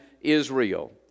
Israel